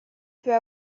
peut